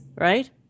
right